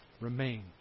remain